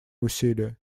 усилия